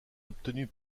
obtenue